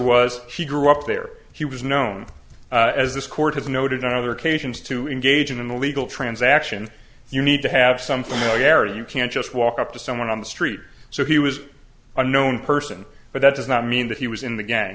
was he grew up there he was known as this court has noted on other occasions to engage in illegal transaction you need to have some familiarity you can't just walk up to someone on the street so he was a known person but that does not mean that he was in the gang